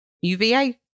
UVA